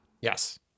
Yes